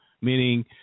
Meaning